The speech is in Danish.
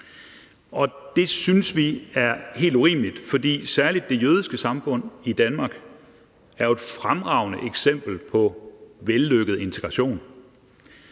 det synes vi er helt urimeligt. For særlig det jødiske samfund i Danmark er jo et fremragende eksempel på vellykket integration,